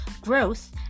growth